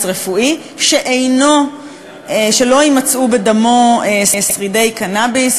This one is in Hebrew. רפואי שלא יימצאו בדמו שרידי קנאביס.